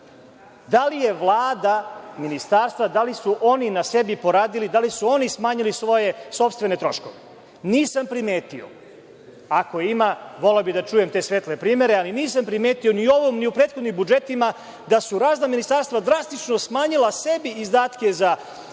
Da li je Vlada, ministarstva, da li su oni na sebi poradili, da li su oni smanjili svoje sopstvene troškove? Nisam primetio. Ako ima, voleo bih da čujem te svetle primere, ali nisam primetio ni u ovom, ni u prethodnim budžetima da su razna ministarstva drastično smanjila sebi izdatke za